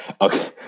Okay